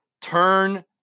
turn